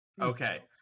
Okay